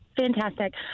Fantastic